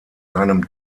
seinem